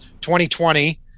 2020